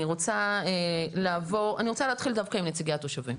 אני רוצה להתחיל דווקא עם נציגי התושבים.